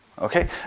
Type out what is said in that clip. Okay